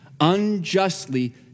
unjustly